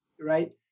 right